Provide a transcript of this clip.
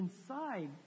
inside